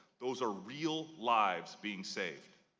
those are real lives being saved.